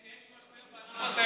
תיירות,